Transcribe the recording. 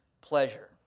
pleasure